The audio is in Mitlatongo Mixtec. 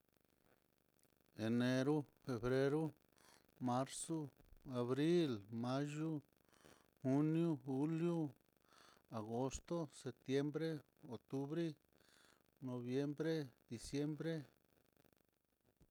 Enero, febrero, marzo, abril, mayo, junio, julio, agosto, septiembre, octubre, noviembre, diciembre.